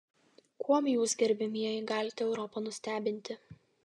kuom jūs gerbiamieji galite europą nustebinti